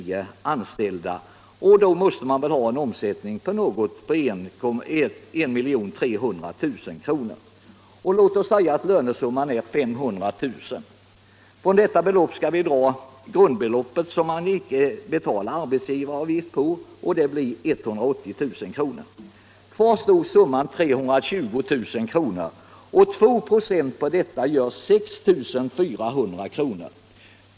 Vi kan ta ett företag med tio anställda, en omsättning på 1 300 000 kr. och en lönesumma på 500 000 kr. Från detta belopp skall vi dra det grundbelopp som man icke betalar arbetsgivaravgift på, och det blir 180 000 kr. Kvar står summan 320 000 kr. 2 26 på detta blir 6 400 kr.